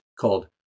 called